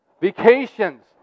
Vacations